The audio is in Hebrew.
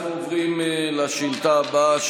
אנחנו עוברים לשאילתה הבאה,